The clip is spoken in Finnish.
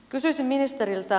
kysyisin ministeriltä